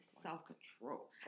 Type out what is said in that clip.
Self-control